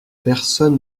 personne